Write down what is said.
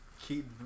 keep